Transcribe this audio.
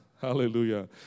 Hallelujah